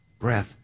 breath